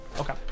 Okay